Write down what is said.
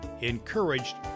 Encouraged